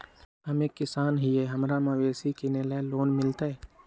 हम एक किसान हिए हमरा मवेसी किनैले लोन मिलतै?